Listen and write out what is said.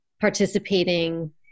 participating